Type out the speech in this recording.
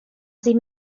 sie